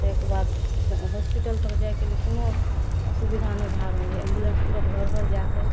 ताहिके बाद हॉसपिटल तक जाइके लिए कोनो असुविधा नहि भै रहल यऽ एम्बुलेन्स तुरन्त घर घर जाके